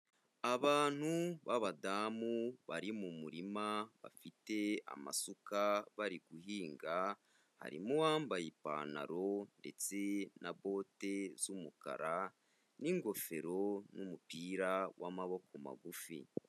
Abantu b'abadamu bari mu murima bafite amasuka bari guhinga, harimo uwambaye ipantaro ndetse na bote z'umukara n'ingofero n'umupira w'amaboko magufi.